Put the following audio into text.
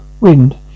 wind